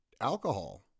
alcohol